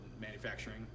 manufacturing